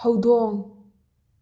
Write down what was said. ꯍꯧꯗꯣꯡ